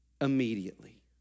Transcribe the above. immediately